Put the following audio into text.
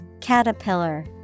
Caterpillar